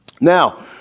Now